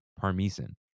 Parmesan